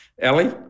Ellie